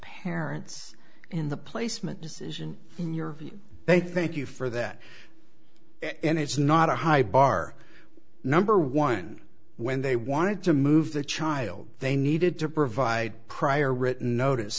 parents in the placement decision your they thank you for that and it's not a high bar number one when they wanted to move the child they needed to provide prior written notice